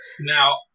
now